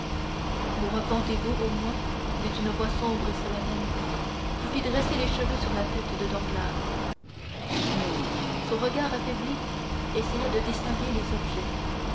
vous repentez-vous au moins dit une voix sombre et solennelle qui fit dresser les cheveux sur la tête de danglars son regard affaibli essaya de distinguer les objets